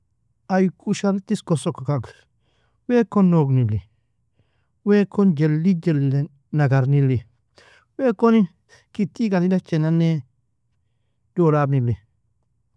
Ay kushar tisko soka kagr weakon nog nilli, weakon jellig jellinan agar nilli, weakoni kitiega ann idechie nanae dolab nilli.